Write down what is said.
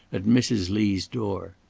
at mrs. lee's door.